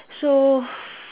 so